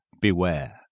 beware